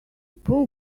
poor